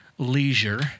leisure